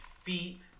feet